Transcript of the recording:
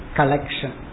collection